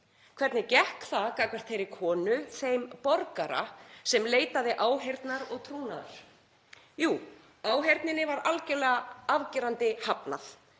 Hvernig gekk það gagnvart þeirri konu, þeim borgara sem leitaði áheyrnar og trúnaðar? Jú, áheyrninni var algjörlega afgerandi hafnað